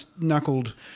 knuckled